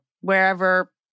wherever